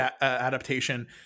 adaptation